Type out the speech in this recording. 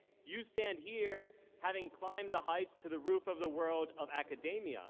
you stand here having climbed the heights to the roof of the world of academia